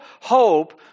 hope